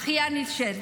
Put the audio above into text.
האחיינית של.